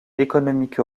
économique